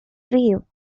view